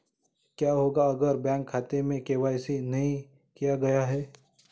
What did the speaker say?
क्या होगा अगर बैंक खाते में के.वाई.सी नहीं किया गया है?